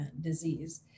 disease